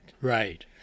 Right